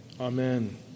Amen